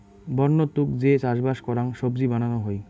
বন্য তুক যে চাষবাস করাং সবজি বানানো হই